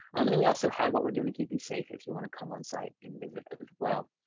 um and then we also have what we're doing to keep you safe if you want to come on site and visit as well.